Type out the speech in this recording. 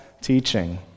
teaching